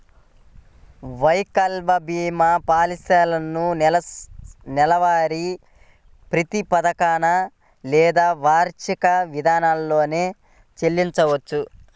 వైకల్య భీమా పాలసీలను నెలవారీ ప్రాతిపదికన లేదా వార్షిక విధానంలోనైనా చెల్లించొచ్చు